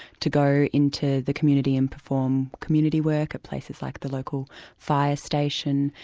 to go into the community and perform community work places like the local fire station.